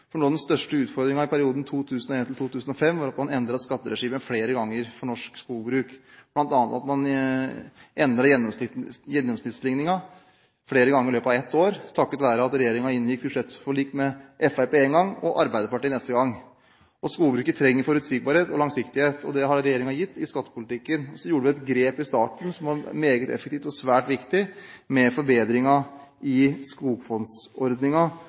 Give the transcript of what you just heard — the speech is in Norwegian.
skattepolitikk. Noe av den største utfordringen i perioden 2001–2005 var at man endret skatteregimet for norsk skogbruk flere ganger. Blant annet endret man gjennomsnittsligningen flere ganger i løpet av ett år, takket være det at regjeringen inngikk budsjettforlik med Fremskrittspartiet én gang og med Arbeiderpartiet neste gang. Skogbruket trenger forutsigbarhet og langsiktighet, og det har regjeringen gitt i skattepolitikken. Så gjorde vi i starten et grep – som var meget effektivt og svært viktig – med